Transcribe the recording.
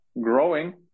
growing